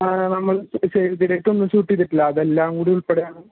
ആ നമ്മൾ save the date ഒന്നും ഷൂട്ട് ചെയ്തിട്ടില്ല അതെല്ലാം കൂടെ ഉൾപ്പെടെയാണു